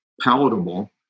palatable